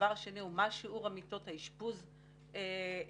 השנייה היא שיעור מיטות האשפוז לנפש,